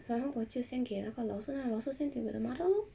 so 我就先给那个老师啦老师 send to the mother lor